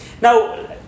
Now